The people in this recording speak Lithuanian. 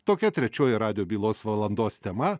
tokia trečioji radijo bylos valandos tema